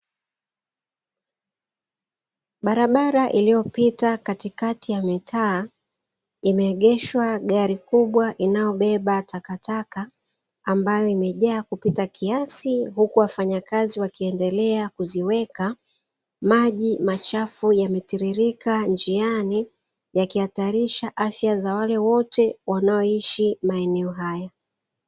Barabara iliyopita katikati ya mitaa imeegeshwa gari kubwa inayobeba takataka ambayo imejaa kupita kiasi, huku wafanyakazi wakiendelea kuziweka. Maji machafu yametiririka njiani yakihatarisha afya za wale wote wanaoishi maeneo hayo.